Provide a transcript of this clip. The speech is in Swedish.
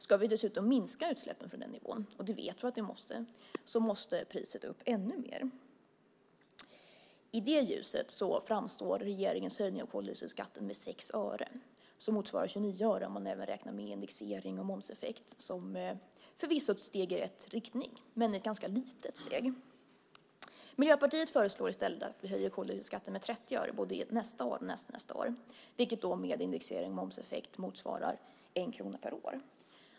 Ska vi dessutom minska utsläppen från den nivån - och det vet vi att vi måste - måste priset upp ännu mer. I det ljuset framstår regeringens höjning av koldioxidskatten med 6 öre, vilket motsvarar 29 öre om man även räknar med indexering och momseffekt, förvisso som ett steg i rätt riktning, men ett ganska litet steg. Miljöpartiet föreslår i stället att vi höjer koldioxidskatten med 30 öre både nästa och nästnästa år, vilket med indexering och momseffekt motsvarar 1 krona per år.